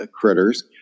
critters